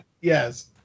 Yes